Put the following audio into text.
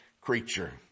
creature